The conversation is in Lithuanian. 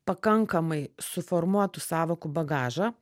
pakankamai suformuotų sąvokų bagažą